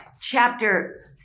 chapter